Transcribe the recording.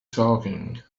talking